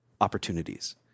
opportunities